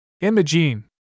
Imogene